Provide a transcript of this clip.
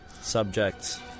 subjects